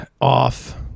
off